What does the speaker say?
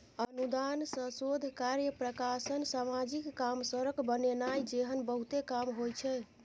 अनुदान सँ शोध कार्य, प्रकाशन, समाजिक काम, सड़क बनेनाइ जेहन बहुते काम होइ छै